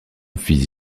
fils